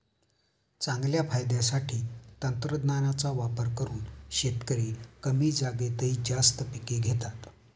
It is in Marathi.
चांगल्या फायद्यासाठी तंत्रज्ञानाचा वापर करून शेतकरी कमी जागेतही जास्त पिके घेतात